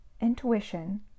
intuition